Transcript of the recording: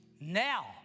Now